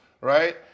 right